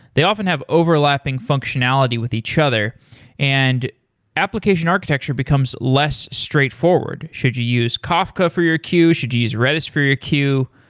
they often have overlapping functionality with each other and application architecture becomes less straightforward should you use kafka for your queue, should you use redis for your queue,